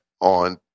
on